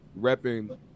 repping